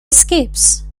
escapes